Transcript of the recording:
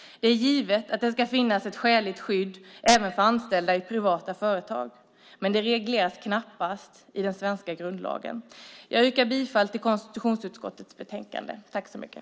Det är givet att det ska finnas ett skäligt skydd även för anställda i privata företag, men det regleras knappast i den svenska grundlagen. Jag yrkar bifall till konstitutionsutskottets förslag i betänkandet.